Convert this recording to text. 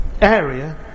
area